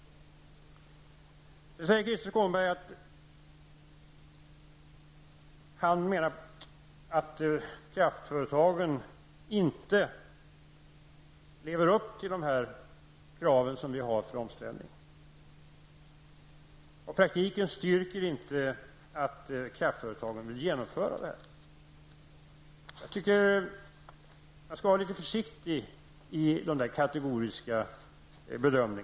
Sedan menar Krister Skånberg att kraftföretagen inte lever upp till de krav vi uppställt för omställningen och att verkligheten inte styrker att kraftföretagen vill genomföra denna avveckling. Man skall vara litet försiktig med sådana kategoriska påståenden.